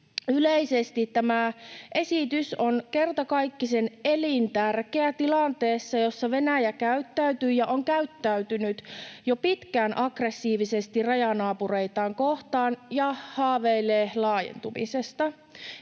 Yleisesti tämä esitys on kertakaikkisen elintärkeä tilanteessa, jossa Venäjä käyttäytyy ja on käyttäytynyt jo pitkään aggressiivisesti rajanaapureitaan kohtaan ja haaveilee laajentumisesta.